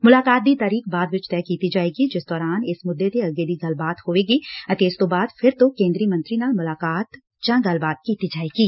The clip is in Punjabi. ਮੁਲਾਕਾਤ ਦੀ ਤਰੀਕ ਬਾਅਦ ਵਿਚ ਤੈਅ ਕੀਤੀ ਜਾਏਗੀ ਜਿਸ ਦੌਰਾਨ ਇਸ ਮੁੱਦੇ ਤੇ ਅੱਗੇ ਦੀ ਗਲੱਬਾਤ ਹੋਵੇਗੀ ਅਤੇ ਇਸ ਤੋਂ ਬਾਅਦ ਫਿਰ ਤੋਂ ਕੇਂਦਰੀ ਮੰਤਰੀ ਨਾਲ ਮੁਲਾਕਾਤ ਜਾਂ ਗੱਲਬਾਤ ਕੀਤੀ ਜਾਏਗੀ